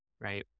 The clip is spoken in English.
right